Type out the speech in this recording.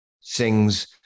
sings